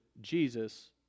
Jesus